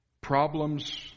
Problems